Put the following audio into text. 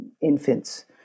infants